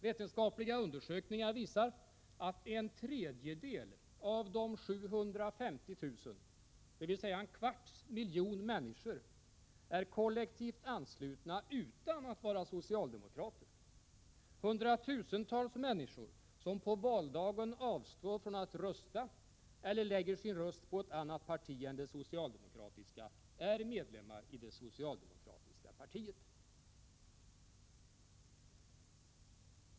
Vetenskapliga undersökningar visar att en tredjedel av de 750 000, dvs. en kvarts miljon människor, är kollektivt anslutna utan att vara socialdemokrater. Hundratusentals människor som på valdagen avstår från att rösta eller lägger sin röst på ett annat parti än det socialdemokratiska är medlemmar i det socialdemokratiska partiet.